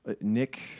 Nick